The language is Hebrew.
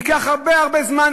ייקח הרבה זמן,